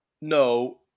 no